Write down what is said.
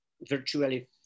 virtually